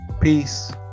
peace